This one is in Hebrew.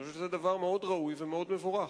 אני חושב שזה דבר מאוד ראוי ומאוד מבורך.